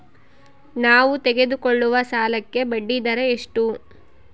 ನಾವು ತೆಗೆದುಕೊಳ್ಳುವ ಸಾಲಕ್ಕೆ ಬಡ್ಡಿದರ ಎಷ್ಟು?